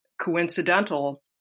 coincidental